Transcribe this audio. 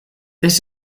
this